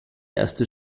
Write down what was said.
erste